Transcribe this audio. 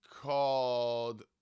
called